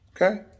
Okay